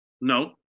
no